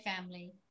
family